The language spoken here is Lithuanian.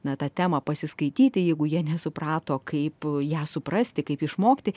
na tą temą pasiskaityti jeigu jie nesuprato kaip ją suprasti kaip išmokti